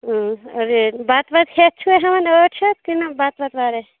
آ ریٹ بَتہٕ وَتہٕ ہٮ۪تھ چھِوا ہٮ۪وان ٲٹھ شتھ کِنہٕ بَتہٕ وَتہٕ وَرٲے